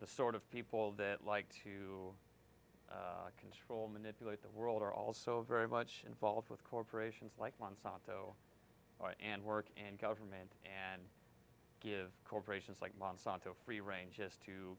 the sort of people that like to control manipulate the world are also very much involved with corporations like monsanto and work and government and give corporations like monsanto free r